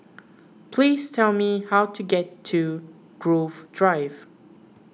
please tell me how to get to Grove Drive